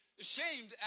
ashamed